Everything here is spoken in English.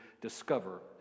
discover